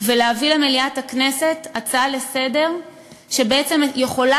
ולהביא למליאת הכנסת הצעה לסדר-היום שיכולה